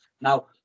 Now